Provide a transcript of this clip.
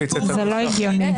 זה לא הגיוני.